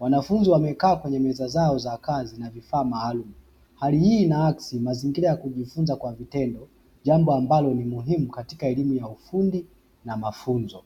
wanafunzi wamekaa kwenye meza zao za kazi na vifaa maalumu. Hali hii inaakisi mazingira ya kujifunza kwa vitendo, jambo ambalo ni muhimu katika elimu ya ufundi na mafunzo.